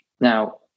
Now